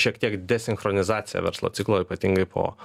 šiek tiek desinchronizacija verslo ciklo ypatingai po